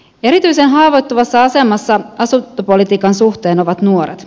erityisen haavoittuvassa asemassa asuntopolitiikan suhteen ovat nuoret